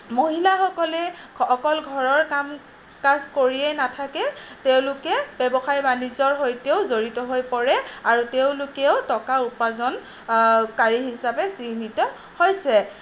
মহিলাসকলে অকল ঘৰৰ কাম কাজ কৰিয়েই নাথাকে তেওঁলোকে ব্যৱসায় বাণিজ্যৰ সৈতেও জড়িত হৈ পৰে আৰু তেওঁলোকেও টকা উপাৰ্জনকাৰী হিচাপে চিহ্নিত হৈছে